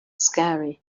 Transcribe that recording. scary